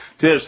Tis